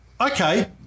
Okay